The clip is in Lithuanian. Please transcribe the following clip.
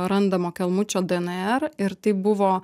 randamo kelmučio dnr ir tai buvo